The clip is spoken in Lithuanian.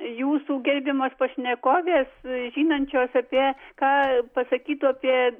jūsų gerbiamos pašnekovės žinančios apie ką pasakytų apie